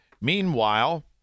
Meanwhile